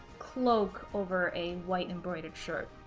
cloak over a white embroidered shirt.